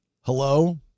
hello